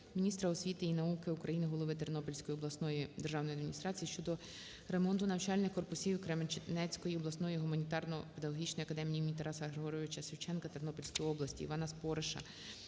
міністра освіти і науки України, голови Тернопільської обласної державної адміністрації щодо ремонту навчальних корпусів Кременецької обласної гуманітарно-педагогічної академії імені Тараса Григоровича Шевченка Тернопільської області. ІванаСпориша